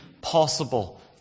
possible